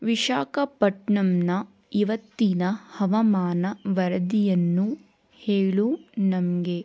ವಿಶಾಖಪಟ್ನಮ್ನ ಇವತ್ತಿನ ಹವಾಮಾನ ವರದಿಯನ್ನು ಹೇಳು ನನಗೆ